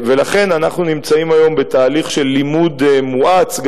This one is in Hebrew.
ולכן אנחנו נמצאים היום בתהליך של לימוד מואץ,